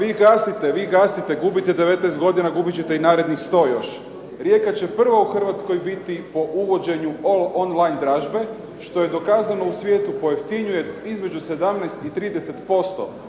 vi gasite, vi gasite. Gubite 19 godina, gubit ćete i narednih 100 još. Rijeka će prva u Hrvatskoj biti po uvođenju on-line dražbe što je dokazano u svijetu pojeftinjuje između 17 i 30%.